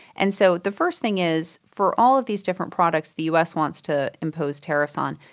and so the first thing is for all of these different products the us wants to impose tariffs on,